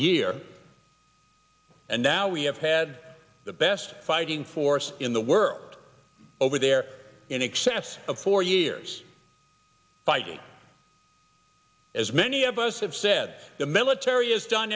year and now we have had the best fighting force in the world over there in excess of four years fighting as many of us have said the military is done